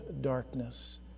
darkness